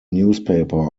newspaper